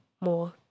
more